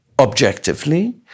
objectively